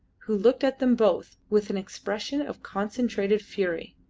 who looked at them both with an expression of concentrated fury.